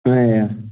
اَچھا